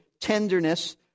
tenderness